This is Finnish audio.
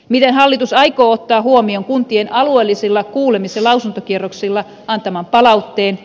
miten hallitus aikoo ottaa huomioon kuntien alueellisilla kuulemislausuntokierroksille antaman palautteen